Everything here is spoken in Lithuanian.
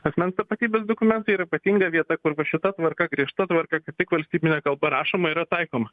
asmens tapatybės dokumentai yra ypatinga vieta kur va šita tvarka griežta tvarka kad tik valstybine kalba rašoma yra taikoma